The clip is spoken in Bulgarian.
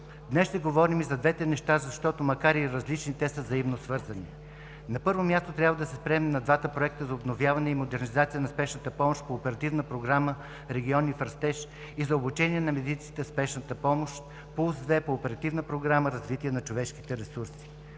Днес ще говорим и за двете неща, защото, макар и различни, те са взаимосвързани. На първо място, трябва да се спрем на двата проекта за обновяване и модернизация на спешната помощ по Оперативна програма „Региони в растеж“ и за обучението на медиците в спешната помощ „Пулс 2“, и по Оперативна програма „Развитие на човешките ресурси“.